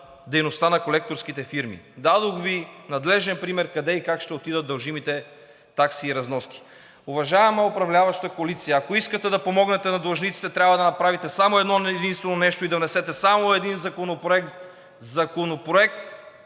дейността на колекторските фирми. Дадох Ви надлежен пример къде и как ще отидат дължимите такси и разноски. Уважаема управляваща коалиция, ако искате да помогнете на длъжниците, трябва да направите само едно-единствено нещо и да внесете само един законопроект – законопроект,